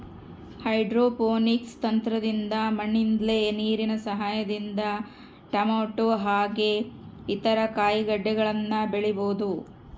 hydroponics ತಂತ್ರದಿಂದ ಮಣ್ಣಿಲ್ದೆ ನೀರಿನ ಸಹಾಯದಿಂದ ಟೊಮೇಟೊ ಹಾಗೆ ಇತರ ಕಾಯಿಗಡ್ಡೆಗಳನ್ನ ಬೆಳಿಬೊದು